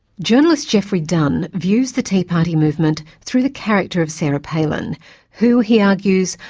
journalist geoffrey dunn views the tea party movement through the character of sarah palin who, he argues,